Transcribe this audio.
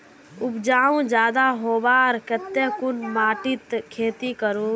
उपजाऊ ज्यादा होबार केते कुन माटित खेती करूम?